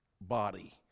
body